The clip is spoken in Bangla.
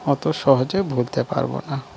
অত সহজে ভুলতে পারবো না